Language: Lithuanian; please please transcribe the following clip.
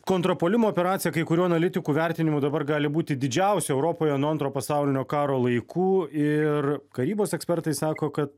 kontrpuolimo operacija kai kurių analitikų vertinimu dabar gali būti didžiausia europoje nuo antro pasaulinio karo laikų ir karybos ekspertai sako kad